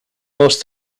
lost